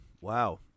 Wow